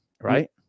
Right